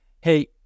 hey